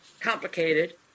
complicated